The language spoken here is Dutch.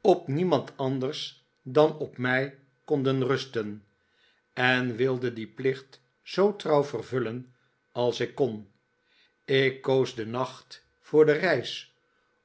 op niemand anders dan op mij konden rusten en wilde dieri plicht zoo trouw vervullen als ik kon ik koos den nacht voor de reis